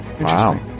Wow